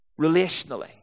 relationally